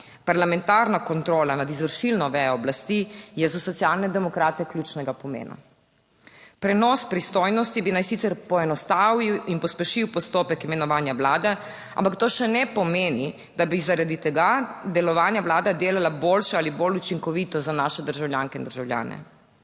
Parlamentarna kontrola nad izvršilno vejo oblasti je za Socialne demokrate ključnega pomena. Prenos pristojnosti bi naj sicer poenostavil in pospešil postopek imenovanja vlade, ampak to še ne pomeni, da bi zaradi tega delovanja Vlada delala boljše ali bolj učinkovito za naše državljanke in državljane.